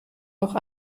auch